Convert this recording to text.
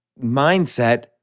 mindset